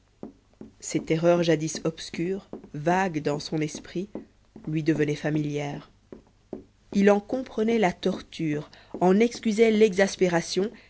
ces terreurs jadis obscures vagues dans son esprit lui devenaient familières il en comprenait la torture en excusait l'exaspération